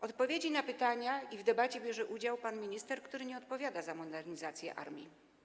Odpowiedzi na pytania, a w debacie bierze udział pan minister, który nie odpowiada za modernizację armii.